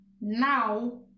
now